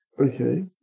Okay